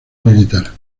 militar